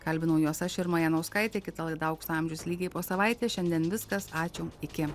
kalbinau juos aš irma janauskaitė kita laida aukso amžius lygiai po savaitės šiandien viskas ačiū iki